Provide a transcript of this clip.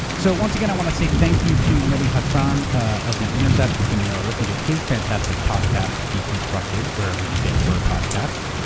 so once again, i want to say thank you to mehdi hasan of the intercept. you can listen to his fantastic podcast, deconstructed, wherever you get your podcasts,